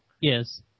Yes